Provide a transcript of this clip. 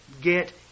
Get